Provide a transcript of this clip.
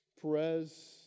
Perez